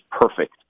perfect